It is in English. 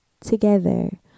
together